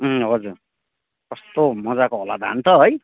अँ हजुर कस्तो मज्जाको होला धान त है